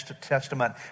testament